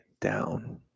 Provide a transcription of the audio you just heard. down